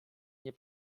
nie